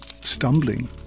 stumbling